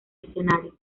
escenario